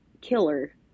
killer—